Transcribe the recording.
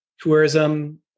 tourism